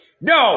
No